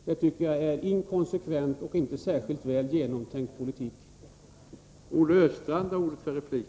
Jag tycker att det är inkonsekvent och inte särskilt väl genomtänkt politik.